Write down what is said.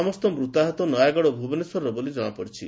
ସମସ୍ତ ମୂତାହତ ନୟାଗଡ ଓ ଭୁବନେଶ୍ୱରର ବୋଲି ଜଣାପଡିଛି